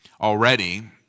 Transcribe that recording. already